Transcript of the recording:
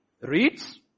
reads